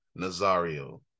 Nazario